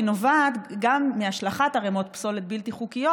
היא נובעת גם מהשלכת ערמות פסולת בלתי חוקיות,